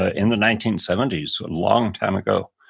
ah in the nineteen seventy s. a long time ago.